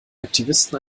aktivisten